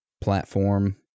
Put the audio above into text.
platform